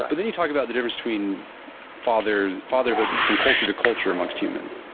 but then you talk about the difference between fatherhood fatherhood from culture to culture amongst humans.